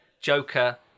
Joker